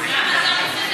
כולנו.